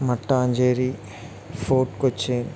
Mattancherry Fort Kochi